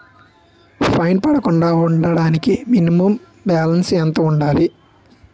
Fine పడకుండా ఉండటానికి minimum balance ఎంత ఉండాలి?